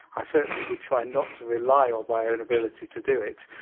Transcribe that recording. i certainly would try not to rely on my own ability to do it.